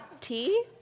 Tea